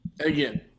Again